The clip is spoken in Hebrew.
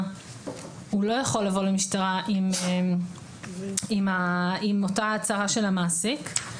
הוא לא יכול לבוא למשטרה עם אותה הצהרה של המעסיק.